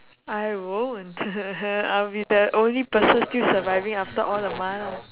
I won't I'll be the only person still surviving after all the mala